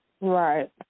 right